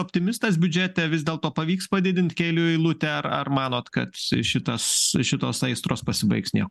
optimistas biudžete vis dėlto pavyks padidint kelių eilutę ar manot kad šitas šitos aistros pasibaigs niekuo